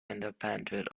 independent